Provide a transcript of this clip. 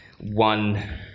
one